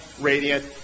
radiant